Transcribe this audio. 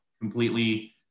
completely